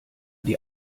die